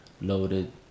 loaded